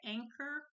Anchor